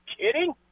kidding